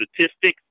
statistics